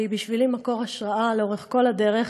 והיא בשבילי מקור השראה לאורך כל הדרך,